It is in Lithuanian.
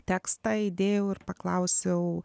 tekstą įdėjau ir paklausiau